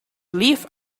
live